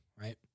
right